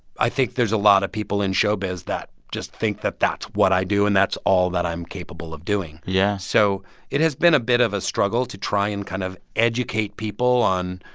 i think there's a lot of people in showbiz that just think that that's what i do and that's all that i'm capable of doing yeah so it has been a bit of a struggle to try and kind of educate people on,